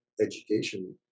education